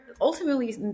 ultimately